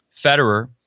Federer